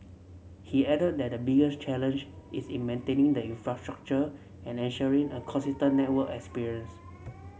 he added that the bigger's challenge is in maintaining the infrastructure and ensuring a consistent network experience